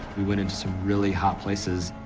we went into some really hot places,